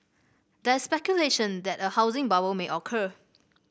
there is speculation that a housing bubble may occur